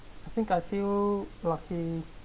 I think I feel lucky